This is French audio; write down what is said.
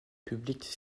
publique